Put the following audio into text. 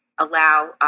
allow